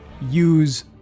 use